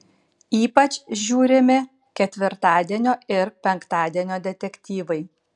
ypač žiūrimi ketvirtadienio ir penktadienio detektyvai